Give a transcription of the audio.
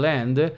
Land